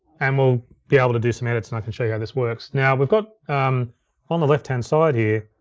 and we'll be able to do some edits and i can show you how this works. now we've got on the left-hand side here,